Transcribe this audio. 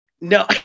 No